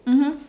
mmhmm